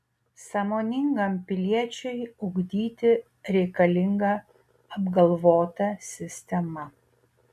sąmoningam piliečiui ugdyti reikalinga apgalvota sistema